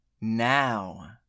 now